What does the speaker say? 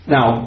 Now